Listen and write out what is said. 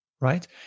right